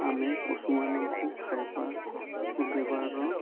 ଆମେ ପଶୁମାନଙ୍କୁ ଖାଇବାକୁ ଦେବାର